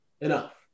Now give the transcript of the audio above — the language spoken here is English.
enough